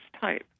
type